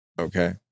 Okay